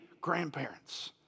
grandparents